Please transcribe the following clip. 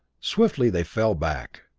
swiftly they fell back,